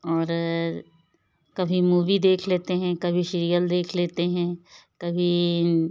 और कभी मूवी देख लेते हैं कभी सीरियल देख लेते हैं कभी